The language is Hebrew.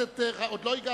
עוד לא הגעתי.